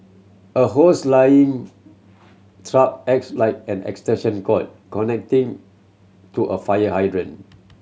a hose laying truck acts like an extension cord connecting to a fire hydrant